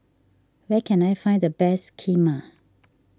where can I find the best Kheema